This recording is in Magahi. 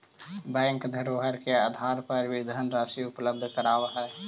बैंक धरोहर के आधार पर भी धनराशि उपलब्ध करावऽ हइ